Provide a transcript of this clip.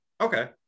okay